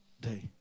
day